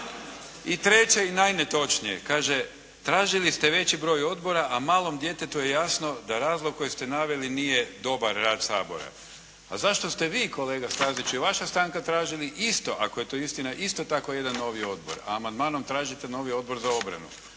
I treće i najnetočnije. Kaže tražili ste veći broj odbora, a malom djetetu je jasno da razlog koji ste naveli nije dobar rad Sabora. A zašto ste vi kolega Staziću i vaša stranka tražili isto ako je to istina, isto tako jedan novi odbor, amandmanom tražite novi odbor za obranu.